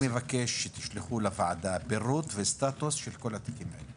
אז אני מבקש שתשלחו לוועדה פירוט וסטטוס של כל התיקים האלה.